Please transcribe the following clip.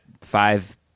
five